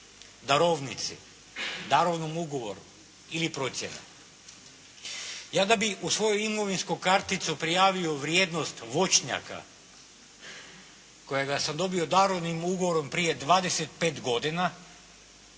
darovnici, darovnom ugovoru ili procjene? Ja da bi u svoju imovinsku karticu prijavio vrijednost voćnjaka kojega sam dobio darovnim ugovorom prije 25 godina